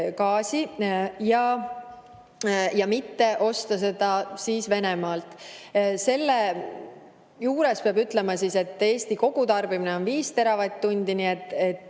gaasi ja mitte osta seda Venemaalt. Seejuures peab ütlema, et Eesti kogutarbimine on 5 teravatt-tundi, nii et